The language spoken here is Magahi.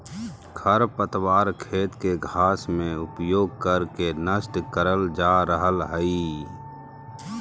खरपतवार खेत के घास में उपयोग कर के नष्ट करल जा रहल हई